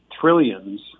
trillions